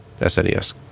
SNES